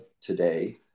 today